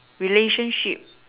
relationship